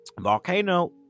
volcano